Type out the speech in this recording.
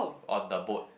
on the boat